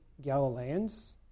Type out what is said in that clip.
Galileans